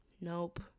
Nope